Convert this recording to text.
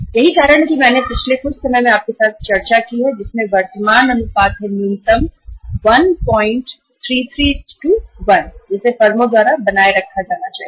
इसी वजह से मैंने पहले आपके साथ चर्चा की थी की फर्म को कम से कम 133 1 का वर्तमान अनुपात बनाए रखना चाहिए